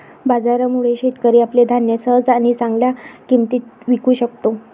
बाजारामुळे, शेतकरी आपले धान्य सहज आणि चांगल्या किंमतीत विकू शकतो